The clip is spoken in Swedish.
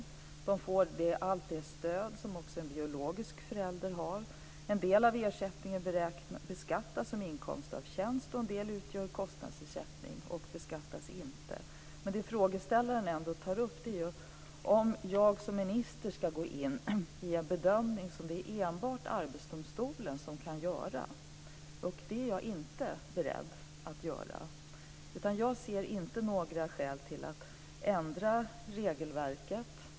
De får allt det stöd som biologiska föräldrar har. En del ersättningen beskattas som inkomst av tjänst och en del utgör kostnadsersättning och beskattas inte. Men det som frågeställaren tar upp är om jag som minister ska gå in och göra en sådan bedömning som det enbart är Arbetsdomstolen som kan göra. Det är jag inte beredd att göra. Jag ser inte några skäl till att ändra regelverket.